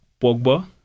Pogba